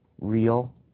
real